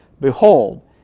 behold